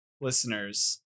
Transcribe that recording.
listeners